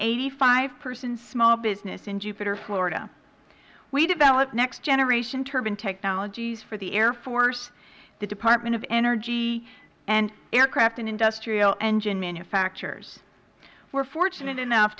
eighty five person small business in jupiter florida we develop next generation turbine technologies for the air force the department of energy and aircraft and industrial engine manufacturers we are fortunate enough